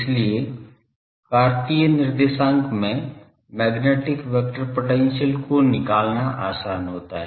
इसलिए कार्तीय निर्देशांक में मैग्नेटिक वेक्टर पोटेंशियल को निकालना आसान होता है